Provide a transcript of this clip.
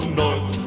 north